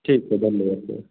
ठीक है धन्यवाद